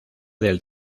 del